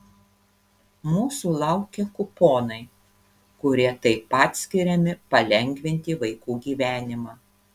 mūsų laukia kuponai kurie taip pat skiriami palengvinti vaikų gyvenimą